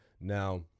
Now